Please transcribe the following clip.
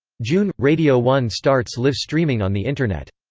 june radio one starts live streaming on the internet.